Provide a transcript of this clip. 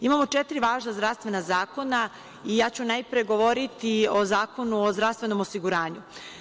Imamo četiri važna zdravstvena zakona i ja ću najpre govoriti o Zakonu o zdravstvenom osiguranju.